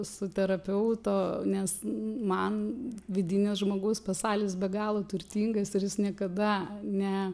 su terapeuto nes man vidinis žmogaus pasaulis be galo turtingas ir jis niekada ne